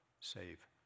save